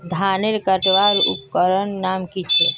धानेर कटवार उपकरनेर नाम की?